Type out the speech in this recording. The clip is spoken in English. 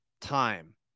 time